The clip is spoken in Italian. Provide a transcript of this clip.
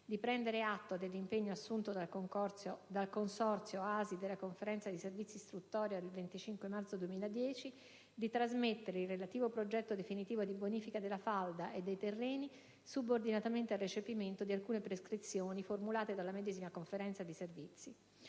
di prendere atto dell'impegno assunto dal Consorzio ASI nella Conferenza dei servizi istruttoria del 25 marzo 2010 e di trasmettere il relativo progetto definitivo di bonifica della falda e dei terreni subordinatamente al recepimento di alcune prescrizioni formulate dalla medesima Conferenza di servizi